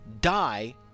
die